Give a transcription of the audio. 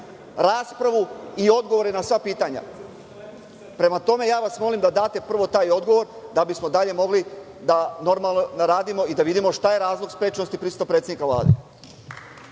raspravu i odgovore na sva pitanja. Prema tome, molim vas da date prvo taj odgovor da bismo dalje mogli normalno da radimo i da vidimo šta je razlog sprečenosti prisutnosti predsednika Vlade.